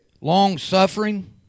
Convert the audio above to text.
long-suffering